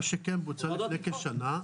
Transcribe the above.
מה שכן בוצע לפני כשנה,